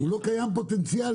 הוא לא קיים פוטנציאלית.